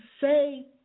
say